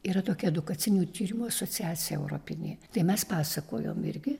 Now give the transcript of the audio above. yra tokia edukacinių tyrimų asociacija europinė tai mes pasakojom irgi